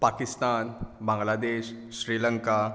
Pakistan Bangladesh Sri Lanka